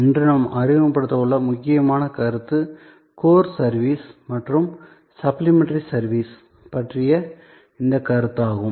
இன்று நாம் அறிமுகப்படுத்தவுள்ள முக்கியமான கருத்து கோர் சர்வீஸ் மற்றும் சப்ளிமெண்டரி சர்வீசஸ் பற்றிய இந்தக் கருத்தாகும்